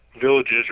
villages